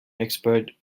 expert